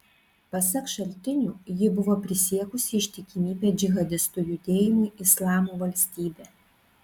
pasak šaltinių ji buvo prisiekusi ištikimybę džihadistų judėjimui islamo valstybė